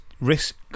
risk